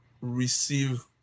receive